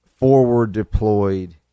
forward-deployed